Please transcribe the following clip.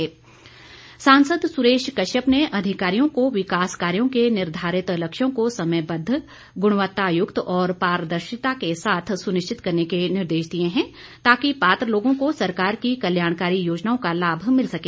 सुरेश कश्यप सांसद सुरेश कश्यप ने अधिकारियों को विकास कार्यों के निर्धारित लक्ष्यों को समयबद्ध गुणवत्तायुक्त और पारदर्शिता के साथ सुनिश्चित करने के निर्देश दिए हैं ताकि पात्र लोगों को सरकार की कल्याणकारी योजनाओं का लाभ मिल सके